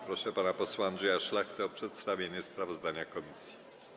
Proszę pana posła Andrzeja Szlachtę o przedstawienie sprawozdania komisji.